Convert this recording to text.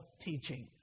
teaching